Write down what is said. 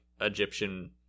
Egyptian